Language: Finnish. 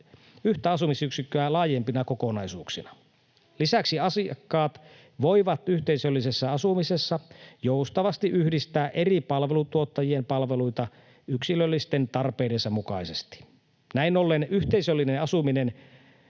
yhtä asumisyksikköä laajempina kokonaisuuksina. Lisäksi asiakkaat voivat yhteisöllisessä asumisessa joustavasti yhdistää eri palveluntuottajien palveluita yksilöllisten tarpeidensa mukaisesti. Näin ollen yhteisöllisen asumisen